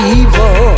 evil